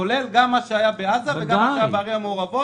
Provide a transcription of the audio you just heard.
כולל מה שהיה בעזה ומה שהיה בערים המעורבות,